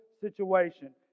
situation